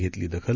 घेतली दखल